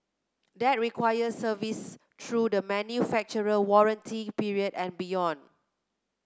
that requires service through the manufacturer warranty period and beyond